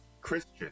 Christian